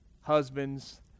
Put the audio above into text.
Husbands